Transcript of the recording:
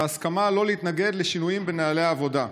והסכמה לא להתנגד לשינויים בנוהלי עבודה.